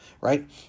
right